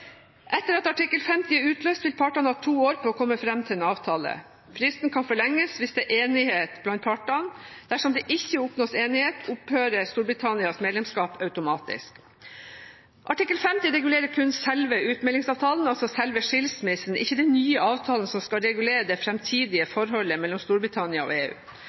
Etter at artikkel 50 er utløst, vil partene ha to år på å komme fram til en avtale. Fristen kan forlenges hvis det er enighet blant partene. Dersom det ikke oppnås enighet, opphører Storbritannias medlemskap automatisk. Artikkel 50 regulerer kun selve utmeldingsavtalen – altså selve «skilsmissen» – ikke den nye avtalen som skal regulere det framtidige forholdet mellom Storbritannia og EU.